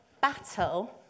battle